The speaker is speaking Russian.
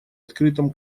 открытом